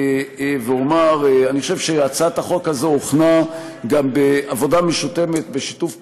ואומר: אני חושב שהצעת החוק הזאת הוכנה גם בשיתוף פעולה,